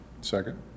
Second